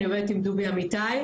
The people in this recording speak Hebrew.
אני עובדת עם דובי אמיתי,